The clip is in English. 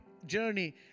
journey